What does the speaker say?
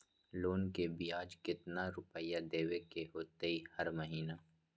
Loan के ब्याज कितना रुपैया देबे के होतइ हर महिना?